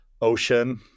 ocean